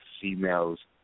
females